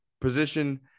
position